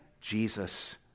Jesus